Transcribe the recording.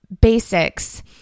basics